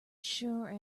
sure